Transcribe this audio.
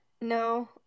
No